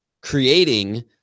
creating